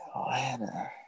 Atlanta